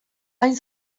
hain